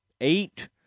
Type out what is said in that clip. eight